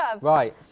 Right